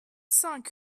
cinq